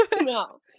No